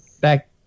back